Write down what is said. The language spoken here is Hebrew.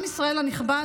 עם ישראל הנכבד,